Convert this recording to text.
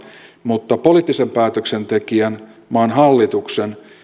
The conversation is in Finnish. mutta poliittisen päätöksentekijän maan hallituksen